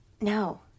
No